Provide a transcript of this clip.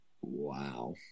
wow